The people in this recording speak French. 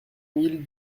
mille